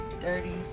dirty